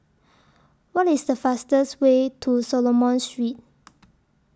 What IS The fastest Way to Solomon Street